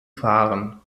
fahren